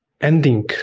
ending